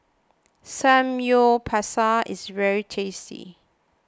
Samgyeopsal is very tasty